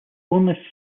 only